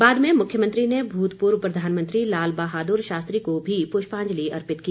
बाद में मुख्यमंत्री ने भूतपूर्व प्रधानमंत्री लाल बहादुर शास्त्री को भी पुष्पांजलि अर्पित की